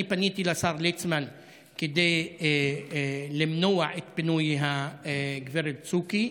אני פניתי לשר ליצמן כדי למנוע את פינוי הגב' דסוקי.